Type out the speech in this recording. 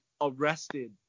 arrested